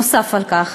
נוסף על כך,